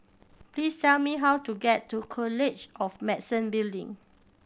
please tell me how to get to College of Medicine Building